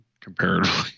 Comparatively